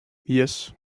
yes